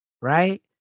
right